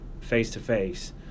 face-to-face